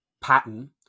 pattern